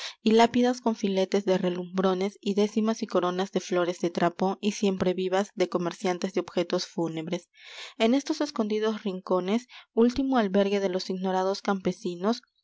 y lápidas con filetes de relumbrones y décimas y coronas de flores de trapo y siemprevivas de comerciantes de objetos fúnebres en estos escondidos rincones último albergue de los ignorados campesinos